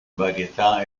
varietà